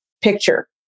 picture